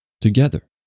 together